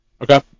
Okay